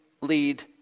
lead